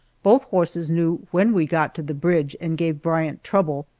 both horses knew when we got to the bridge and gave bryant trouble.